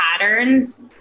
patterns